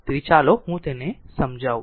તેથી ચાલો હું તેને સમજાવું